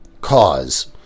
cause